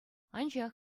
анчах